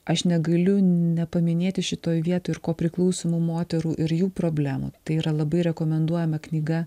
aš negaliu nepaminėti šitoj vietoj ir kopriklausomų moterų ir jų problemų tai yra labai rekomenduojama knyga